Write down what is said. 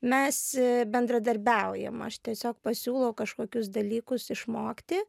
mes bendradarbiaujam aš tiesiog pasiūlau kažkokius dalykus išmokti